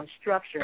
structure